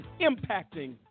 impacting